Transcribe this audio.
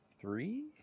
Three